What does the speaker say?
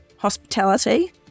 hospitality